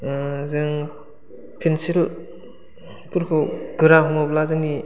जों पेन्सिलफोरखौ गोरा हमोब्ला जोंनि